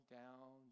down